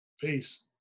Peace